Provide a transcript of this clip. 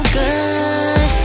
good